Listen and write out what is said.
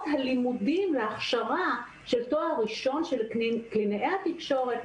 הלימודים להכשרה של תואר ראשון של קלינאי התקשורת,